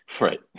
Right